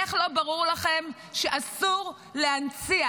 איך לא ברור לכם שאסור להנציח,